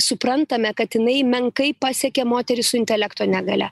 suprantame kad jinai menkai pasiekė moteris su intelekto negalia